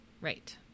Right